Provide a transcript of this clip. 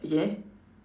ya